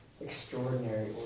extraordinary